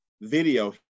video